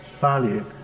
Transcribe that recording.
value